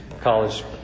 college